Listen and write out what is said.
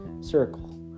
circle